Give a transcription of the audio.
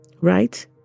right